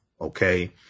okay